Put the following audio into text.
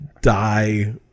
die